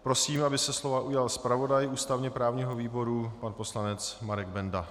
Prosím, aby se slova ujal zpravodaj ústavněprávního výboru pan poslanec Marek Benda.